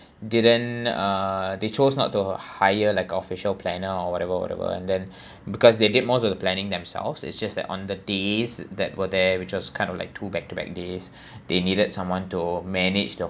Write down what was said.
didn't uh they chose not to hire like official planner or whatever whatever and then because they did most of the planning themselves it's just that on the days that we're there we just kind of like two back to back days they needed someone to manage the